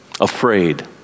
Afraid